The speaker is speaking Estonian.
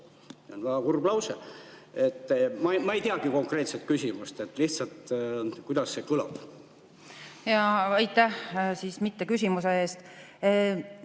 Ma ei teagi konkreetset küsimust. Lihtsalt, kuidas see kõlab?